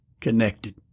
connected